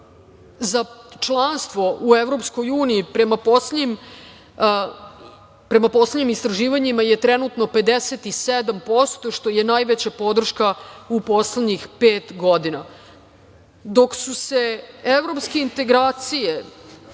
za članstvo u EU, prema poslednjim istraživanjima je trenutno 57%, što je najveća podrška u poslednjih pet godina. Dok su se evropske integracije